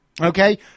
Okay